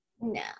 No